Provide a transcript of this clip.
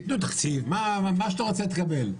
ייתנו תקציב, מה שאתה רוצה תקבל.